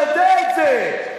אתה יודע את זה.